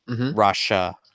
Russia